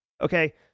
Okay